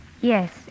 yes